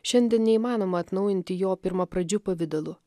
šiandien neįmanoma atnaujinti jo pirmapradžiu pavidalu